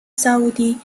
سعودی